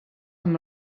amb